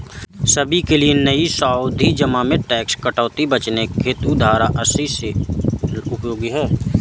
सभी के लिए नई सावधि जमा में टैक्स कटौती से बचने हेतु धारा अस्सी सी उपयोगी है